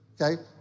okay